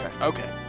okay